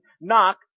Knock